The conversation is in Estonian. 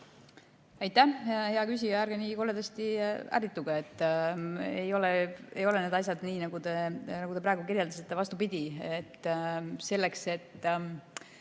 Aitäh, hea küsija! Ärge nii koledasti ärrituge! Ei ole need asjad nii, nagu te praegu kirjeldasite. Vastupidi! Selleks, et